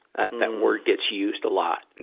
that, and that word gets used a lot, and